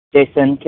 Jason